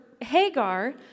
hagar